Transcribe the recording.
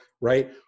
right